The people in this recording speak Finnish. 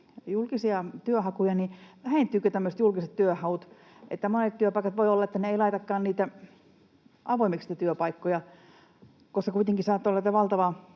julkisia työnhakuja, niin vähentyvätkö tämmöiset julkiset työhaut? Monissa työpaikoissa voi olla, että ne eivät laitakaan niitä työpaikkoja avoimiksi, koska kuitenkin saattaa olla, että valtava